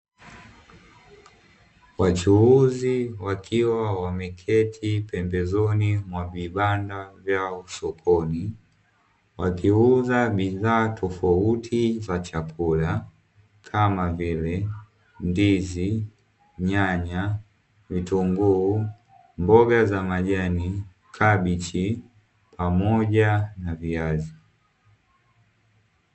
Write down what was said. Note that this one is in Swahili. Wachuuzi wakiwa wameketi pembezoni mwa vibanda vyao sokoni, wakiuza bidhaa tofauti za chakula kama vile ndizi, nyanya, vitunguu, mboga za majani, kabichi, pamoja na viazi.